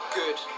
good